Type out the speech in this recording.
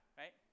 right